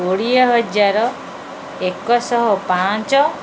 କୋଡ଼ିଏ ହଜାର ଏକଶହ ପାଞ୍ଚ